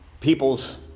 people's